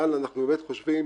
אבל, לדעתנו,